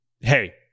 hey